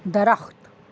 درخت